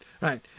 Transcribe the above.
right